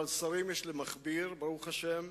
אבל שרים יש למכביר, ברוך השם.